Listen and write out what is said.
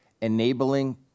enabling